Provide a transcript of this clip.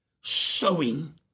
sowing